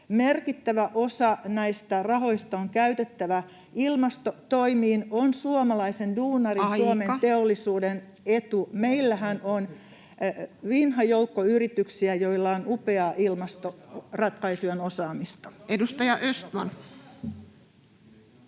merkittävä osa näistä rahoista on käytettävä ilmastotoimiin, on suomalaisen duunarin ja [Puhemies: Aika!] Suomen teollisuuden etu. Meillähän on vinha joukko yrityksiä, joilla on upeaa ilmastoratkaisujen osaamista. [Speech 91]